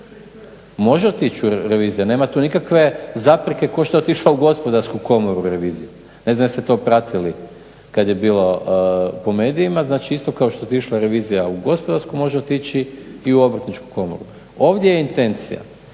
Može otići revizija, nema tu nikakve zapreke kao što je otišla u Gospodarsku komoru revizija. Ne znam jeste to pratili kad je bilo po medijima. Znači, isto kao što je otišla revizija u gospodarsku, može otići i u Obrtničku komoru. Ovdje je intencija